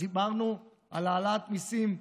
דיברנו על העלאת מיסים,